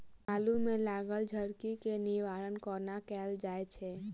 आलु मे लागल झरकी केँ निवारण कोना कैल जाय छै?